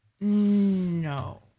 no